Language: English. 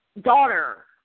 daughter